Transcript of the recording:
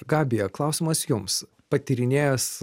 gabija klausimas jums patyrinėjęs